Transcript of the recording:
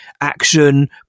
action